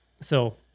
So-